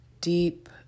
deep